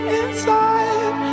inside